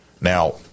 Now